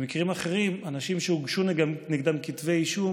במקרים אחרים, אנשים שהוגשו נגדם כתבי אישום